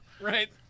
Right